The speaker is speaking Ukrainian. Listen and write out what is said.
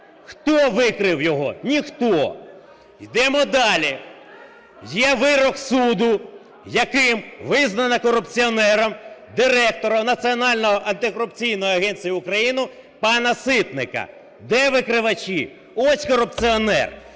Хто викрив його? Ніхто. Ідемо далі. Є вирок суду, яким визнано корупціонером Директора Національного антикорупційного агентства України пана Ситника. Де викривачі? Ось корупціонер.